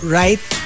right